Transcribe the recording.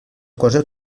cosa